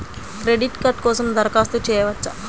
Credit card కోసం దరఖాస్తు చేయవచ్చా?